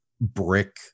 brick